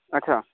अच्छा